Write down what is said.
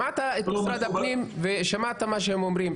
שמעת את משרד הפנים ושמעת מה שהם אומרים,